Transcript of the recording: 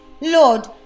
Lord